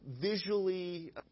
visually